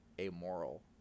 amoral